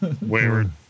Wayward